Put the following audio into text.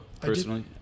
personally